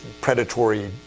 predatory